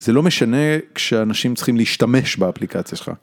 זה לא משנה כשאנשים צריכים להשתמש באפליקציה שלך.